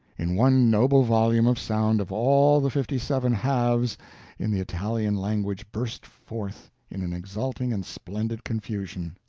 in one noble volume of sound of all the fifty-seven haves in the italian language burst forth in an exalting and splendid confusion.